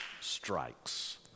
strikes